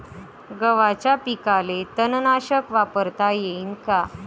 गव्हाच्या पिकाले तननाशक वापरता येईन का?